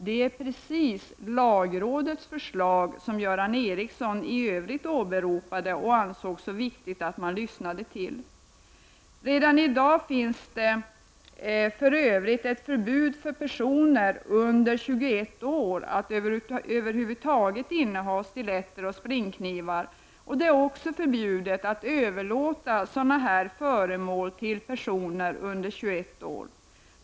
Detta är precis i enlighet med vad som föreslås av lagrådet, som Göran Ericsson i övrigt åberopade och ansåg det så viktigt att man lyssnar till. Redan i dag finns det för övrigt ett förbud för personer under 21 år att över huvud taget inneha stiletter och springknivar, och det är också förbjudet att överlåta sådana föremål till personer under 21 år.